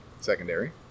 secondary